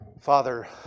Father